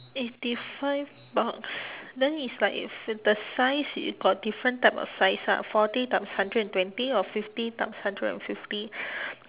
eighty five bucks then is like if the size it got different type of size lah forty times hundred and twenty or fifty times hundred and fifty